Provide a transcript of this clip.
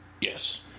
yes